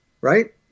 right